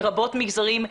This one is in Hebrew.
לרבות מגזרים,